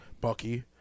Bucky